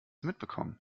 mitbekommen